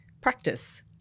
practice